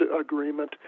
agreement